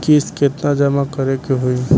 किस्त केतना जमा करे के होई?